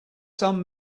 some